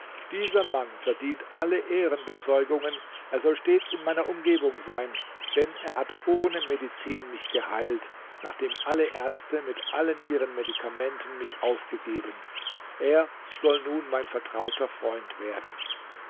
dieser mann verdient alle ehrenbezeugungen er soll stets in meiner umgebung sein denn er hat ohne medizin mich geheilt nachdem alle ärzte mit allen ihren medikamenten mich aufgegeben er soll nun mein vertrauter freund werden